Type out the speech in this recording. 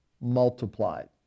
multiplied